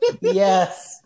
Yes